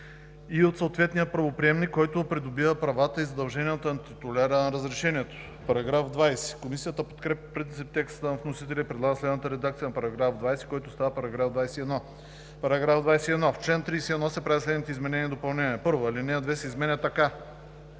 и от съответния правоприемник, който придобива правата и задълженията на титуляря на разрешението.“ Комисията подкрепя по принцип текста на вносителя и предлага следната редакция на § 20, който става § 21: „§ 21. В чл. 31 се правят следните изменения и допълнения: 1. Алинея 2 се изменя така: